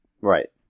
Right